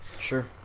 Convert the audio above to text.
Sure